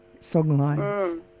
songlines